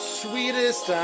sweetest